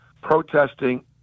protesting